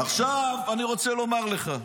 עכשיו אני רוצה לומר לך,